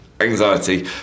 anxiety